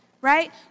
right